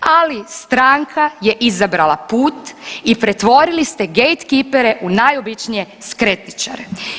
Ali stranka je izabrala put i pretvorili ste gejdkipere u najobičnije skretničare.